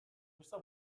questa